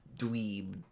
dweeb